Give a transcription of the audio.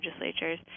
legislatures